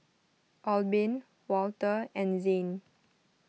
Albin Walter and Zane